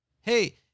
hey